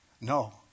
No